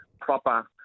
proper